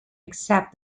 accepts